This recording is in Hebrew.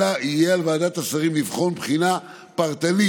אלא יהיה על ועדת השרים לבחון בחינה פרטנית,